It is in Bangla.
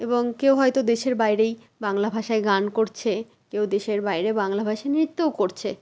এবং কেউ হয়তো দেশের বাইরেই বাংলা ভাষায় গান করছে কেউ দেশের বাইরে বাংলা ভাষায় নৃত্যও করছে